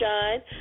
Shine